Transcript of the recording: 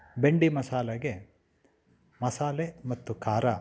ಬೆಂಡಿ ಮಸಾಲಗೆ ಮಸಾಲೆ ಮತ್ತು ಖಾರ